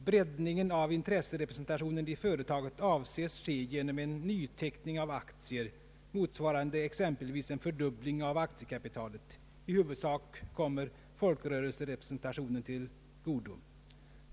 Breddningen av intresserepresentationen i företaget avses ske genom att en nyteckning av aktier — motsvarande exempelvis en fördubbling av aktiekapitalet — i huvudsak kommer folkrörelserepresentationen till godo.